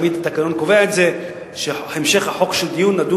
תמיד התקנון קובע שהמשך הדיון בחוק הוא